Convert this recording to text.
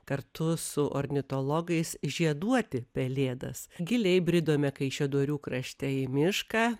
kartu su ornitologais žieduoti pelėdas giliai bridome kaišiadorių krašte į mišką